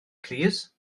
plîs